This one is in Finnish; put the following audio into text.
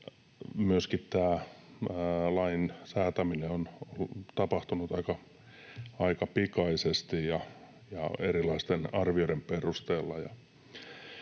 tämä lain säätäminen on tapahtunut aika pikaisesti ja erilaisten arvioiden perusteella.